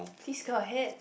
please go ahead